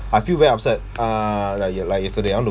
I feel very upset ah like ye~ like yesterday I want to